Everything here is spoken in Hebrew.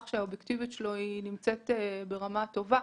שהאובייקטיביות שלו נמצאת ברמה טובה,